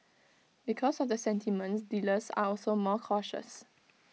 because of the sentiment dealers are also more cautious